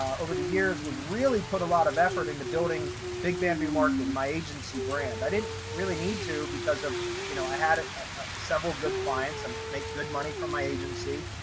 over the years was really put a lot of effort into building big bamboo marketing my agency brand i didn't really need to because of you know, i had ah several good clients and make good money from my agency,